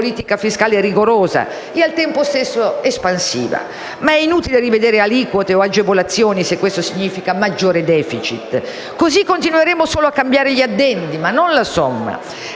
una politica fiscale rigorosa e, al tempo stesso, espansiva. Ma è inutile rivedere aliquote o agevolazioni se questo significa maggiore *deficit*. Così continueremo solo a cambiare gli addendi, ma non la somma.